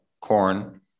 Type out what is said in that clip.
corn